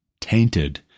tainted